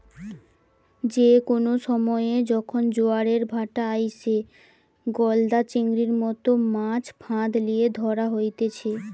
যে কোনো সময়ে যখন জোয়ারের ভাঁটা আইসে, গলদা চিংড়ির মতো মাছ ফাঁদ লিয়ে ধরা হতিছে